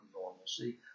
normalcy